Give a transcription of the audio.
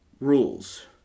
Rules